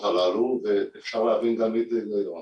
האלה ואפשר להבין גם (הפרעות בשידור הזום).